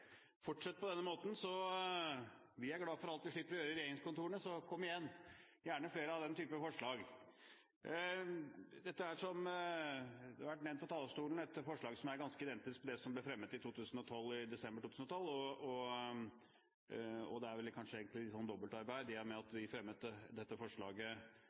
Fortsett på denne måten – vi er glade for alt vi slipper å gjøre i regjeringskontorene, så kom gjerne med flere av den type forslag! Som det har vært nevnt fra talerstolen, er dette et forslag som er ganske identisk med det som ble fremmet i desember 2012, og det er vel kanskje egentlig dobbeltarbeid i og med at vi fremmet dette forslaget